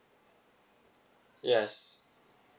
yes